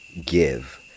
give